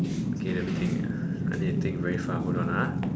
okay let me think I need to think very far hold on ah